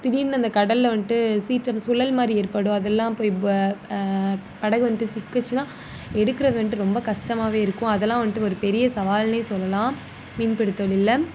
திடீர்ன்னு அந்த கடலில் வந்துட்டு சீற்றம் சுழல் மாதிரி ஏற்படும் அதெல்லாம் போய் படகு வந்துட்டு சிக்குச்சுன்னா எடுக்கிறது வந்துட்டு ரொம்ப கஷ்டமாவே இருக்கும் அதெல்லாம் வந்துட்டு ஒரு பெரிய சவாலுன்னே சொல்லலாம் மீன்பிடி தொழில்ல